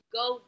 go